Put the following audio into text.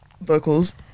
vocals